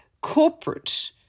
corporate